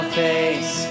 face